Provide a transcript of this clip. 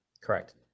Correct